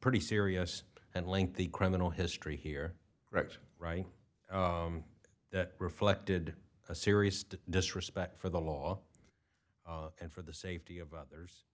pretty serious and lengthy criminal history here wrecked writing that reflected a serious to disrespect for the law and for the safety of others